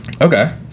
okay